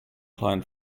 client